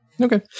Okay